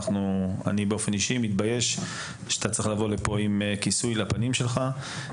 אני באופן אישי מתבייש שאתה צריך להגיע לפה עם כיסוי על הפנים שלך,